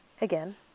Again